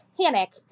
panic